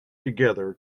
together